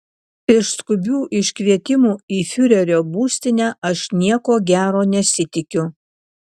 iš skubių iškvietimų į fiurerio būstinę aš nieko gero nesitikiu